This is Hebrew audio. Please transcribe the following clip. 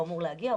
הוא אמור להגיע,